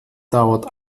dauert